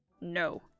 No